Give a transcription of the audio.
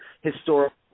historical